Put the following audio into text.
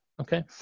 okay